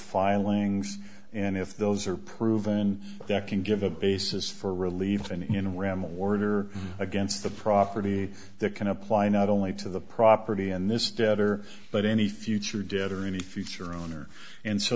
filings and if those are proven that can give a basis for relieve pain in ram order against the property that can apply not only to the property and this debtor but any theater debt or any future owner and so